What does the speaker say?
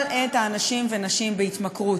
אבל את האנשים והנשים בהתמכרות,